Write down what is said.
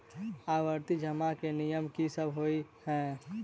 आवर्ती जमा केँ नियम की सब होइ है?